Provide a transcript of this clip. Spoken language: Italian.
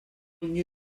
ogni